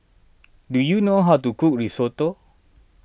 do you know how to cook Risotto